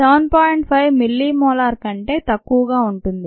5 millimolar కంటే తక్కువగా ఉంటుంది